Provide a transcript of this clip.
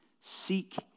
seek